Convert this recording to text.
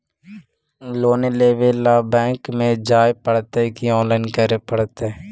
Loan लेवे ल bank में जाय पड़तै कि औनलाइन करे पड़तै?